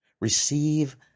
receive